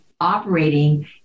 operating